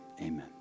amen